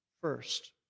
first